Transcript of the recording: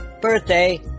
birthday